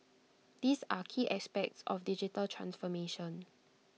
these are key aspects of digital transformation